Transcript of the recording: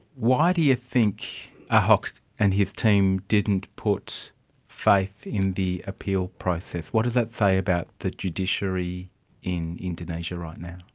why do you think ahok and his team didn't put faith in the appeal process? what is that say about the judiciary in indonesia right now?